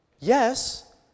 Yes